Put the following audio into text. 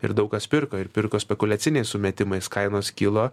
ir daug kas pirko ir pirko spekuliaciniais sumetimais kainos kilo